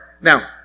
Now